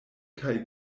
kaj